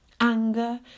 Anger